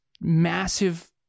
massive